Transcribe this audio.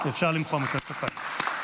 אפשר למחוא מחיאות כפיים.